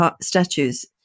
statues